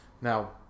Now